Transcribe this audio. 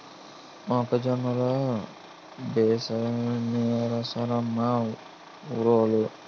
మొక్క జొన్న లో బెంసేనేశారట మా ఊరోలు